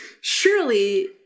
Surely